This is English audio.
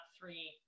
three